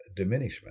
diminishment